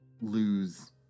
lose